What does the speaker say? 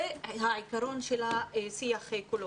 זה העיקרון של השיח כולו.